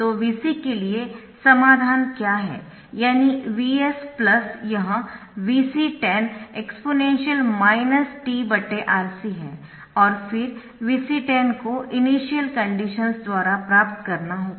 तो Vc के लिए समाधान क्या है यानी Vs यह Vc10 exp t RC है और फिर Vc10 को इनिशियल कंडीशन्स द्वारा प्राप्त करना होगा